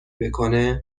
بکنه